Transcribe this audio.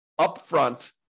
upfront